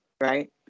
right